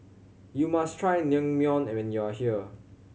you must try Naengmyeon and when you are here